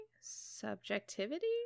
Subjectivity